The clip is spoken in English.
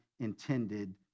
intended